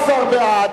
16 בעד,